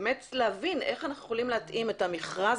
באמת להבין איך אנחנו יכולים להתאים את המכרז